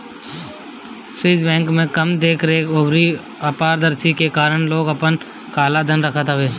Swiss bank में कम देख रेख अउरी अपारदर्शिता के कारण लोग आपन काला धन रखत हवे